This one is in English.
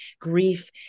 grief